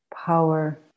power